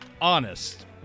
honest